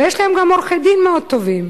ויש להם גם עורכי-דין מאוד טובים,